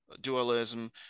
dualism